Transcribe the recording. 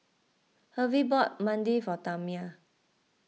Hervey bought Banh Mi for Tamia